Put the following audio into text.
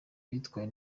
bitwaye